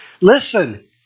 listen